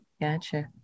gotcha